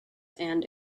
and